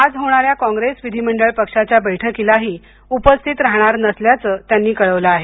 आज होणाऱ्या कॉंग्रेस विधिमंडळ पक्षाच्या बैठकीलाही उपस्थित राहणार नसल्याचं त्यांनी कळवलं आहे